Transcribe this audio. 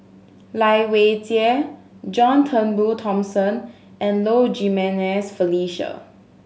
Lai Weijie John Turnbull Thomson and Low Jimenez Felicia